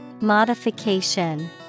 Modification